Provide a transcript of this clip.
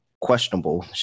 questionable